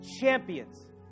champions